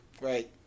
right